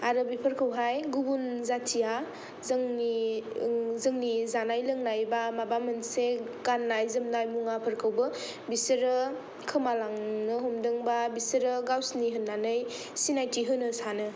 आरो बेफोरखौहाय गुबुन जाथिया जोंनि जोंनि जानाय लोंनाय बा माबा मोनसे गाननाय जोमनाय मुवाफोरखौबो बिसोरो खोमालांनो हमदों बा बिसोरो गावसिनि होननानै सिनायथि होनो सानो